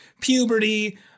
puberty